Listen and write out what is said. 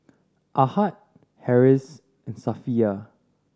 Ahad Harris and Safiya